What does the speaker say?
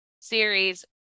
series